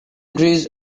grease